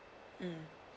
um